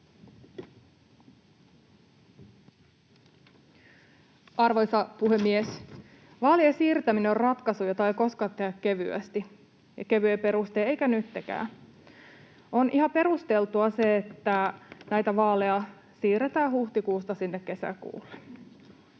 Arvoisa puhemies! Vaalien siirtäminen on ratkaisu, jota ei koskaan tehdä kevein perustein eikä nyttenkään. On ihan perusteltua se, että näitä vaaleja siirretään huhtikuusta sinne kesäkuulle.